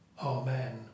Amen